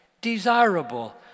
desirable